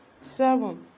seven